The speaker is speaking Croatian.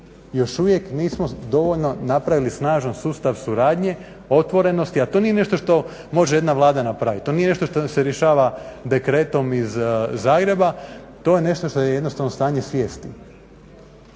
još uvijek nismo dovoljno napravili snažan sustav suradnje, otvorenosti, a to nije nešto što može jedna Vlada napraviti, to nije nešto što se rješava dekretom iz Zagreba, to je nešto što je jednostavno stanje svijesti.